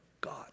God